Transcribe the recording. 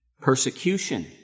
persecution